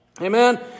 Amen